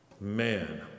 man